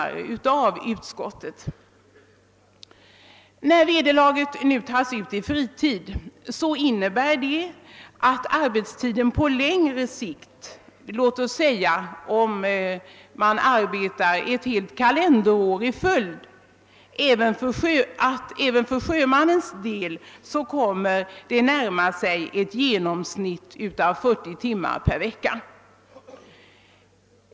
Det förhållandet att vederlaget nu tas ut i fritid innebär att även sjömännens arbetstid på längre sikt, t.ex. vid anställning under ett helt kalenderår, kommer att närma sig ett genomsnitt av 40 timmar per vecka.